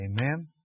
Amen